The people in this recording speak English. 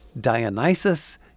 Dionysus